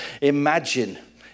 Imagine